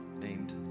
named